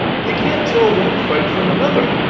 you can't tell one fight from another,